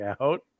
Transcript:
out